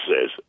says